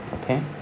Okay